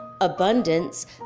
abundance